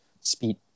speed